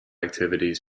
activities